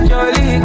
Jolly